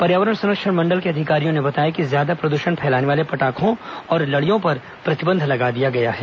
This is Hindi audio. पर्यावरण संरक्षण मंडल के अधिकारियों ने बताया कि ज्यादा प्रद्रषण फैलाने वाले पटाखों और लड़ियों पर प्रतिबंध लगा दिया गया है